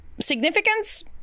significance